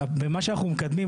ומה שאנחנו מקדמים,